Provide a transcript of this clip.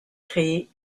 créé